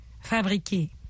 fabriquer ».«